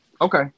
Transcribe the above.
Okay